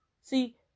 See